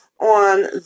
on